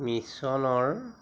মিছনৰ